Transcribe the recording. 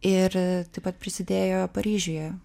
ir taip pat prisidėjo paryžiuje